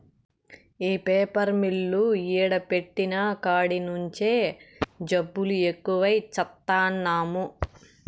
ఈ paper mill ఈడ పెట్టిన కాడి నుంచే జబ్బులు ఎక్కువై చత్తన్నాము